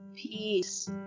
Peace